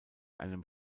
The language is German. einem